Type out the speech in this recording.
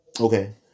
Okay